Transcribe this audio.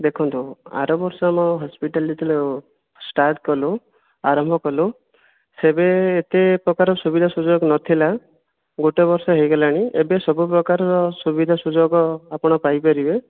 ଦେଖନ୍ତୁ ଆର ବର୍ଷ ଆମ ହସ୍ପିଟାଲ୍ ଯେତେବେଳେ ଷ୍ଟାର୍ଟ୍ କଲୁ ଆରମ୍ଭ କଲୁ ସେବେ ଏତେ ପ୍ରକାର ସୁବିଧା ସୁଯୋଗ ନ ଥିଲା ଗୋଟେ ବର୍ଷ ହୋଇଗଲାଣି ଏବେ ସବୁ ପ୍ରକାରର ସୁବିଧା ସୁଯୋଗ ଆପଣ ପାଇପାରିବେ